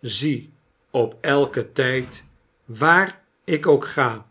zie op elken tyd waar ik ook ga